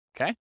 Okay